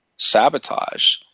Sabotage